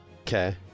Okay